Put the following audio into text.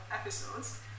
episodes